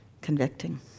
convicting